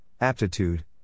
Aptitude